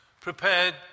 prepared